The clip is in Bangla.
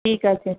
ঠিক আছে